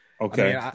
Okay